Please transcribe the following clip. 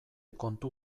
kontu